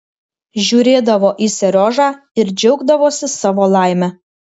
žiūrėdavo į seriožą ir džiaugdavosi savo laime